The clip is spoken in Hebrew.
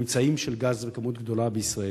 ממצאים של גז בכמות גדולה בישראל,